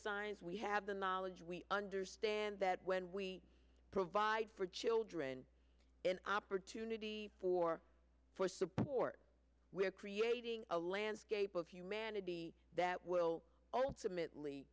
science we have the knowledge we understand that when we provide for children an opportunity for for support we're creating a landscape of humanity that will ultimately